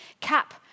cap